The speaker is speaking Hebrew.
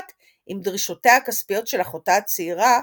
עם דרישותיה הכספיות של אחותה הצעירה,